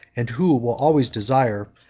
and who will always desire,